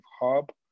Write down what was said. hub